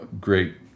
great